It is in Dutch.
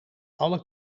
alle